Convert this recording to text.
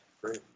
Great